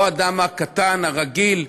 לא האדם הקטן, הרגיל,